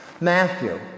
Matthew